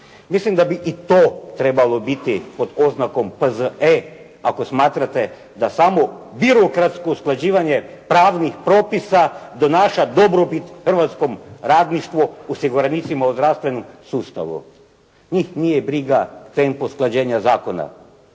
Mislim da bi i to trebalo biti pod oznakom P.Z.E. ako smatrate da samo birokratsko usklađivanje pravnih propisa donaša dobrobit hrvatskom radništvu, osiguranicima u zdravstvenom sustavu. Njih nije briga tempo usklađenja zakona.